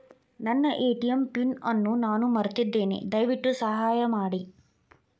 ನನ್ನ ATM PIN ಅನ್ನು ನಾನು ಮರೆತಿದ್ದೇನೆ, ದಯವಿಟ್ಟು ಸಹಾಯ ಮಾಡಿ